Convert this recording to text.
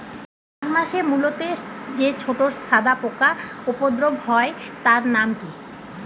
মাঘ মাসে মূলোতে যে ছোট সাদা পোকার উপদ্রব হয় তার নাম কি?